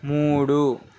మూడు